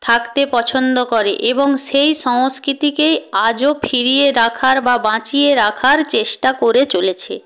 থাকতে পছন্দ করে এবং সেই সংস্কৃতিকেই আজও ফিরিয়ে রাখার বা বাঁচিয়ে রাখার চেষ্টা করে চলেছে